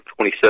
27